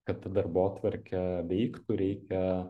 kad ta darbotvarkė veiktų reikia